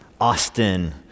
Austin